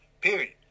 Period